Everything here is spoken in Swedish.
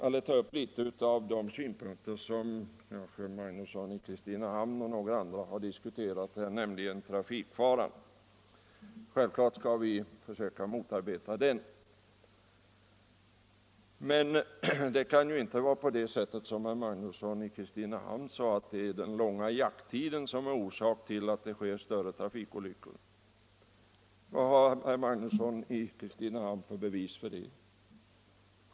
Herr Magnusson i Kristinehamn och några andra har tagit upp frågan om risken för älgkollisioner i trafiken. Självklart skall vi försöka motarbeta sådana olyckor. Men det kan inte vara så som herr Magnusson i Kristinehamn sade att den långa jakttiden är orsaken till att det blir fler trafikolyckor av detta slag. Vilka bevis har herr Magnusson för det påståendet?